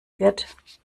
wirt